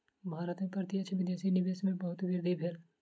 भारत में प्रत्यक्ष विदेशी निवेश में बहुत वृद्धि भेल